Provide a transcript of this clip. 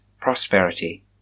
prosperity